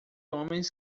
homens